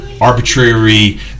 arbitrary